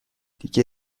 دیگه